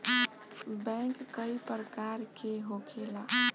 bank कई प्रकार के होखेला